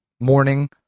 morning